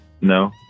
No